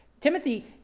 Timothy